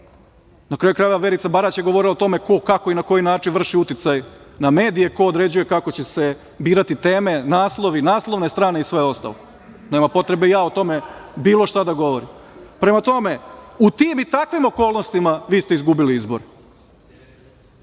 Na kraju krajeva Verica Barać je govorila o tome ko, kako i na koji način vrši uticaj na medije, ko određuje kako će se birati teme, naslovi, naslovne strane i sve ostalo. Nema potrebe, ja o tome bilo šta da govorim. Prema tome, u tim i takvim okolnostima vi ste izgubili izbore,